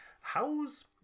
how's